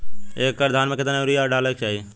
एक एकड़ धान में कितना यूरिया और डाई डाले के चाही?